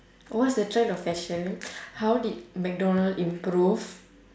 what's the trend of fashion how did mcdonald improve